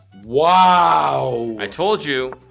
wow i told you